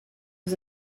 was